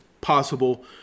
possible